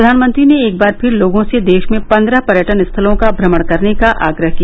प्रधानमंत्री ने एक बार फिर लोगों से देश में पन्द्रह पर्यटन स्थलों का भ्रमण करने का आग्रह किया